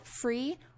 free